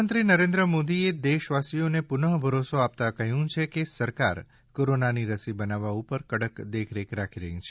પ્રધાનમંત્રી નરેન્દ્ર મોદીએ દેશવાસીઓને પુનઃ ભરોસો આપતાં કહ્યું છે કે સરકાર કોરોનાની રસી બનાવવા ઉપર કડક દેખરેખ રાખી રહી છે